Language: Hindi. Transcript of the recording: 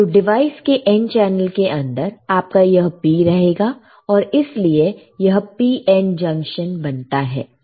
तो डिवाइस के N चैनल के अंदर आपका यह P रहेगा और इसलिए यह PN जंक्शन बनता है